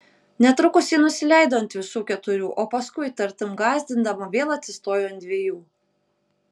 netrukus ji nusileido ant visų keturių o paskui tartum gąsdindama vėl atsistojo ant dviejų